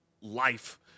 life